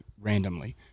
randomly